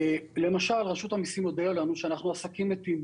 למשל, רשות המיסים הודיעה לנו שאנחנו עסקים מתים.